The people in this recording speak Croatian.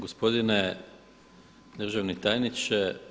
Gospodine državni tajniče.